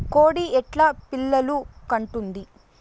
కోడి ఎట్లా పిల్లలు కంటుంది?